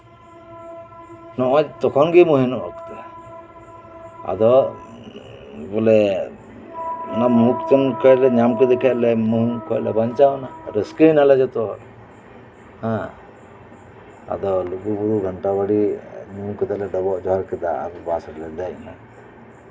ᱱᱚᱜᱼᱚᱭ ᱛᱚᱠᱷᱚᱱᱜᱮ ᱢᱩᱦᱤᱢ ᱚᱠᱛᱮ ᱟᱫᱚ ᱵᱚᱞᱮ ᱚᱱᱟ ᱧᱩᱢ ᱠᱟᱛᱮᱜᱞᱮ ᱧᱟᱢ ᱠᱮᱫᱮ ᱠᱷᱟᱡᱞᱮ ᱫᱩᱠ ᱠᱷᱚᱱᱞᱮ ᱵᱟᱧᱪᱟᱣᱱᱟ ᱨᱟᱹᱥᱠᱟᱹᱭ ᱱᱟᱞᱮ ᱡᱚᱛᱚ ᱦᱚᱲ ᱟᱫᱚ ᱞᱩᱜᱩᱵᱩᱨᱩ ᱜᱷᱟᱱᱴᱟ ᱵᱟᱲᱮ ᱧᱩᱛᱩᱢ ᱠᱟᱛᱮᱜᱞᱮ ᱰᱚᱵᱚᱜ ᱡᱚᱦᱟᱨ ᱠᱮᱫᱟ ᱟᱫᱚ ᱵᱟᱥ ᱨᱮᱨᱮ ᱫᱮᱡ ᱱᱟ